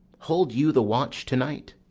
hold you the watch to-night?